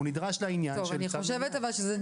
הוא נדרש לעניין של צו מניעה.